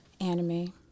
Anime